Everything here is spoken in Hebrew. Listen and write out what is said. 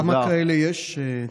כמה כאלה יש?